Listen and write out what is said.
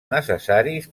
necessaris